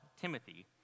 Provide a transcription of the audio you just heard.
Timothy